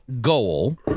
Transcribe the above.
goal